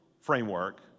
framework